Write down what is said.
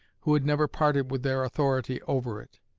who had never parted with their authority over it.